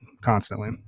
constantly